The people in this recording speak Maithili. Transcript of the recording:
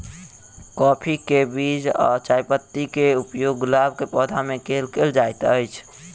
काफी केँ बीज आ चायपत्ती केँ उपयोग गुलाब केँ पौधा मे केल केल जाइत अछि?